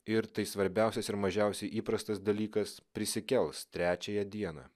ir tai svarbiausias ir mažiausiai įprastas dalykas prisikels trečiąją dieną